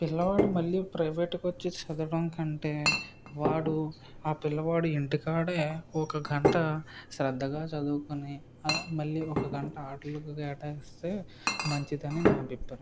పిల్లవాడు మళ్ళీ ప్రైవేట్ కొచ్చి చదవటం కంటే వాడు ఆ పిల్లవాడు ఇంటికాడే ఒక గంట శ్రద్ధగా చదువుకొని ఆ మళ్ళీ ఒక గంట ఆటలకి కేటా ఇస్తే మంచిదని నా అభిప్రాయం